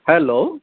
hello